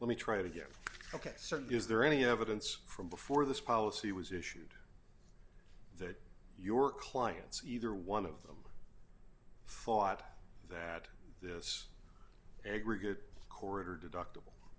let me try to get ok certainly is there any evidence from before this policy was issued that your clients either one of them thought that this aggregate quarter deductible